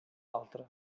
altra